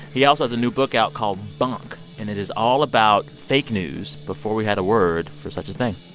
he also has a new book out called bunk. and it is all about fake news before we had a word for such a thing.